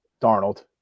Darnold